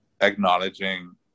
acknowledging